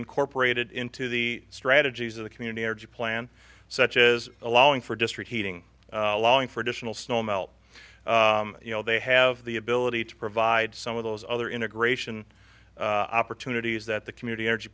incorporated into the strategies of the community energy plan such as allowing for district heating allowing for additional snow melt you know they have the ability to provide some of those other integration opportunities that the community energy